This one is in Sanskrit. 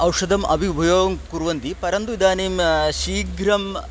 औषधम् अपि उपयोगं कुर्वन्ति परन्तु इदानीं शीघ्रम्